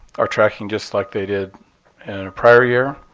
are tracking just like they did in a prior year,